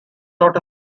lot